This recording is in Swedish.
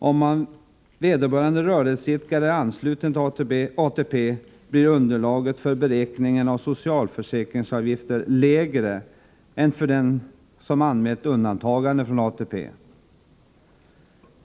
Om vederbörande rörelseidkare är ansluten till ATP blir underlaget för beräkning av socialförsäkringsavgifter lägre än det blir för den som anmält undantagande från ATP.